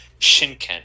shinken